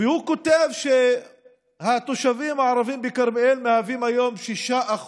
הוא כותב שהתושבים הערבים בכרמיאל מהווים היום 6%,